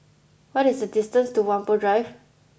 what is the distance to Whampoa Drive